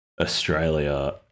Australia